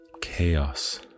chaos